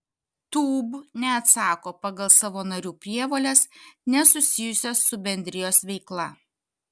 tūb neatsako pagal savo narių prievoles nesusijusias su bendrijos veikla